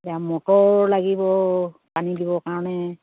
এতিয়া মটৰ লাগিব পানী দিবৰ কাৰণে